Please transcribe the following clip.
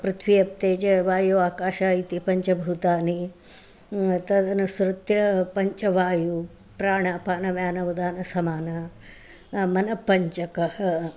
पृथ्वी आपः तेजः वायुः आकाशः इति पञ्चभूतानि तदनुसृत्य पञ्चवायुः प्राणपानव्यान उदानसमान मनपञ्चकः